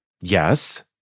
Yes